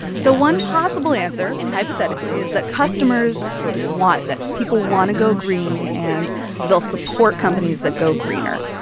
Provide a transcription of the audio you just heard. so one possible answer, hypothetically, is that customers want this. people want to go green, and they'll support companies that go greener.